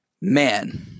man